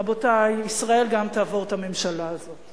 רבותי, ישראל גם תעבור את הממשלה הזאת.